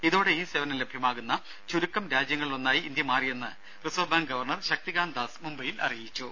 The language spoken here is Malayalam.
ഇതോടെ ഈ സേവനം ലഭ്യമാകുന്ന ചുരുക്കം രാജ്യങ്ങളിലൊന്നായി ഇന്ത്യ മാറിയെന്ന് Reserve Bank governor Shaktikanta Das മുംബൈയിൽ അറിയിച്ചു